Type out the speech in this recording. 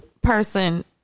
person